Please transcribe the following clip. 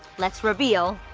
let's reveal,